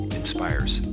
inspires